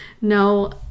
No